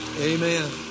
Amen